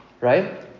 right